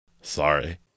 Sorry